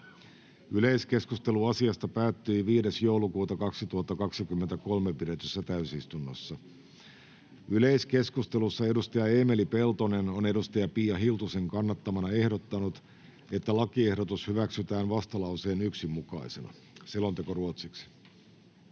Yleiskeskustelu asiasta päättyi 5.12.2023 pidetyssä täysistunnossa. Yleiskeskustelussa Eemeli Peltonen on Pia Hiltusen kannattamana ehdottanut, että lakiehdotus hyväksytään vastalauseen 1 mukaisena. [Speech 8]